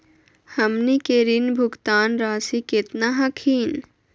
हमनी के ऋण भुगतान रासी केतना हखिन?